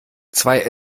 zwei